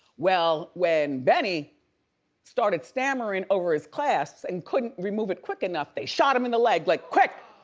well, when benny started stammering over his class and couldn't remove it quick enough, they shot him in the leg like quick.